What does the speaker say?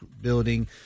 building